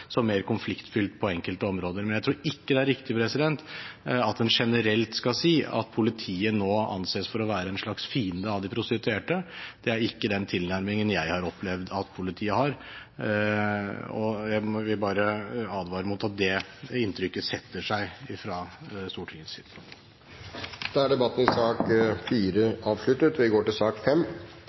som mer konfliktfylt på enkelte områder. Men jeg tror ikke det er riktig at en generelt skal si at politiet nå anses for å være en slags fiende av de prostituerte. Det er ikke den tilnærmingen jeg har opplevd at politiet har, og jeg vil bare advare mot at det inntrykket setter seg fra Stortingets side. Debatten i sak nr. 4 er slutt. Når eg deltek i